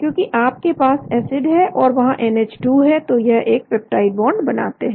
क्योंकि आपके पास एसिड है और वहां NH2 है तो यह एक पेप्टाइड बॉन्ड बनाते हैं